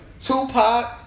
Tupac